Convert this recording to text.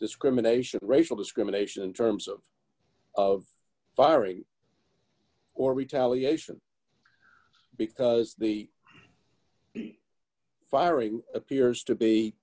discrimination or racial discrimination in terms of of firing or retaliation because the d firing appears to be